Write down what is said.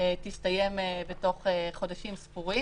שתסתיים בתוך חודשים ספורים.